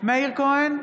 מאיר כהן,